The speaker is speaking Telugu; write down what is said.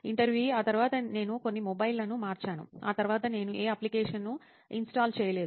ఇంటర్వ్యూఈ ఆ తర్వాత నేను కొన్ని మొబైల్లను మార్చాను ఆ తర్వాత నేను ఏ అప్లికేషన్స్ ను ఇన్స్టాల్ చేయలేదు